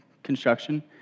Construction